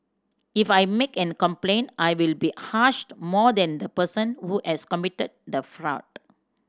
if I make a complaint I will be harassed more than the person who has committed the fraud